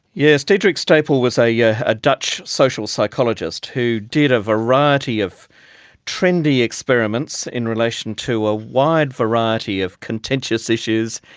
yes, diederik stapel was ah yeah a dutch social psychologist who did a variety of trendy experiments in relation to a wide variety of contentious issues,